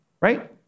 Right